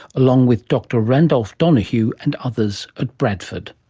along with dr randolph donahue and others at bradford.